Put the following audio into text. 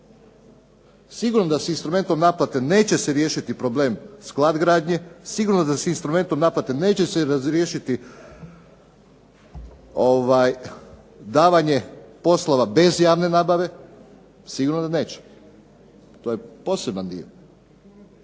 Sigurno da se instrumentom naplate neće riješiti problem sklad gradnje, sigurno da se instrumentom naplate neće razriješiti davanje poslova bez javne nabave, sigurno da neće. To je poseban dio.